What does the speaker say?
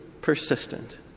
persistent